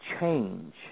change